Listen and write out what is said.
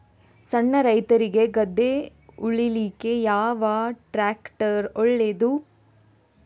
ಸಣ್ಣ ರೈತ್ರಿಗೆ ಗದ್ದೆ ಉಳ್ಳಿಕೆ ಯಾವ ಟ್ರ್ಯಾಕ್ಟರ್ ಒಳ್ಳೆದು?